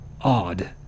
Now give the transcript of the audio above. odd